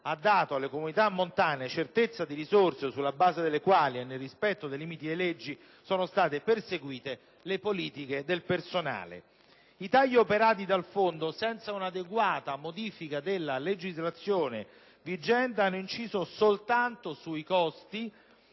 ha dato alle comunità montane certezza di risorse, sulla base delle quali e nel rispetto dei limiti delle leggi sono state perseguite le politiche del personale. I tagli operati al Fondo, senza un'adeguata modifica della legislazione vigente, hanno inciso soltanto sui costi;